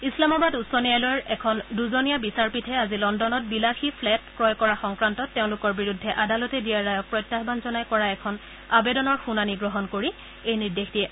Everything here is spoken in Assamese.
ইছলামাবাদ উচ্চ ন্যায়ালয়ৰ এখন দুজনীয়া বিচাৰপীঠে আজি লগুনত বিলাসী ফ্লেট ক্ৰয় কৰা সংক্ৰান্তত তেওঁলোকৰ বিৰুদ্ধে আদালতে দিয়া ৰায়ক প্ৰত্যাহান জনাই কৰা এখন আবেদনৰ শুনানি গ্ৰহণ কৰি এই নিৰ্দেশ দিয়ে